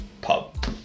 pub